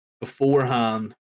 beforehand